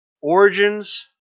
origins